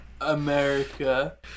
America